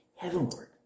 heavenward